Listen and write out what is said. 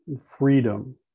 freedom